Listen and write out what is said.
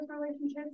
relationships